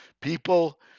People